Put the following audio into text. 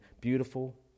beautiful